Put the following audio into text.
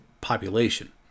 population